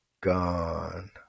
gone